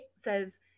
says